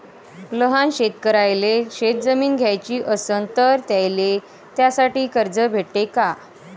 लहान कास्तकाराइले शेतजमीन घ्याची असन तर त्याईले त्यासाठी कर्ज भेटते का?